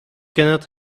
cannot